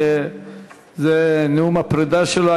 שזה נאום הפרידה שלו.